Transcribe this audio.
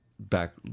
back